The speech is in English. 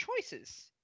choices